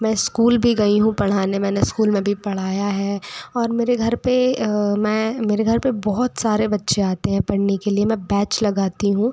मैं स्कूल भी गई हूँ पढ़ाने मैंने स्कूल में भी पढ़ाया है और मेरे घर पर मैं मेरे घर पर बहुत सारे बच्चे आते हैं पढ़ने के लिए मैं बैच लगाती हूँ